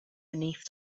beneath